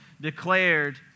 declared